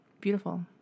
Beautiful